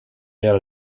göra